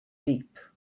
deep